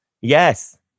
Yes